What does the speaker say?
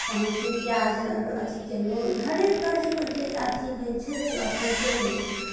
तहनसँ प्याज अथि कयलहुँ हरेक तरहके जे अथि होइ छै से अपन कयलहुँ